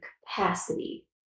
capacity